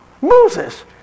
Moses